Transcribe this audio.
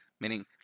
Meaning